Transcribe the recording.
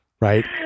Right